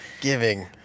Giving